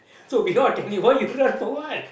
so we all are telling you run for what